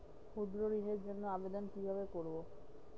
ক্ষুদ্র ঋণের জন্য আবেদন কিভাবে করব?